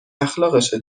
اخلاقشه